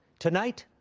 tonight,